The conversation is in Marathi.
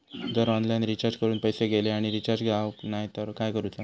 जर ऑनलाइन रिचार्ज करून पैसे गेले आणि रिचार्ज जावक नाय तर काय करूचा?